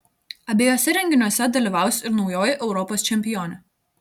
abiejuose renginiuose dalyvaus ir naujoji europos čempionė